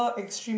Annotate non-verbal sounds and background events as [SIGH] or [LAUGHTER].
[BREATH]